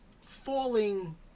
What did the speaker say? falling